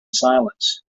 silence